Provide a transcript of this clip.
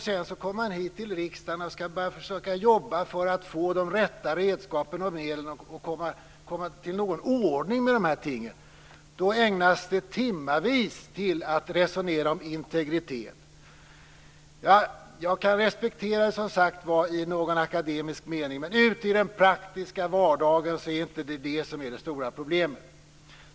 Sedan kommer man hit till riksdagen och skall försöka jobba för att få de rätta redskapen och medlen för att få ordning på de här tingen. Då ägnas det timtal åt att resonera om integritet. Jag kan som sagt var respektera det i någon akademisk mening, men ute i den praktiska vardagen är det inte det som är det stora problemet.